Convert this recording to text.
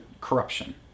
corruption